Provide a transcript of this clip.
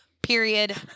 Period